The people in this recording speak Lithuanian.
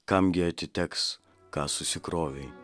kam gi atiteks ką susikrovei